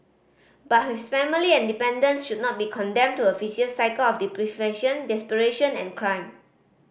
but his family and dependants should not be condemned to a vicious cycle of deprivation desperation and crime